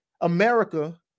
America